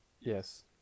Yes